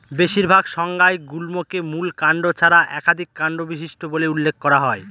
বেশিরভাগ সংজ্ঞায় গুল্মকে মূল কাণ্ড ছাড়া একাধিক কাণ্ড বিশিষ্ট বলে উল্লেখ করা হয়